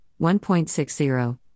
1.60